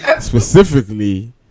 Specifically